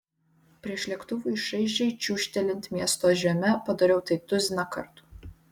prieš lėktuvui šaižiai čiūžtelint miesto žeme padariau tai tuziną kartų